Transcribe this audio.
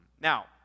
Now